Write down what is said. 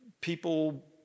People